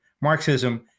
Marxism